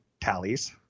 tallies